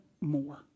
more